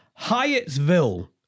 Hyattsville